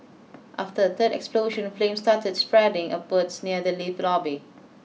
after a third explosion flames started spreading upwards near the lift lobby